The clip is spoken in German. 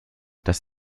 das